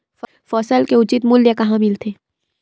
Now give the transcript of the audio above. फसल के उचित मूल्य कहां मिलथे?